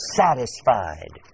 satisfied